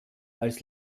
als